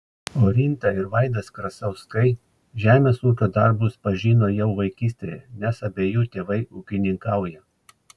orinta ir vaidas krasauskai žemės ūkio darbus pažino jau vaikystėje nes abiejų tėvai ūkininkauja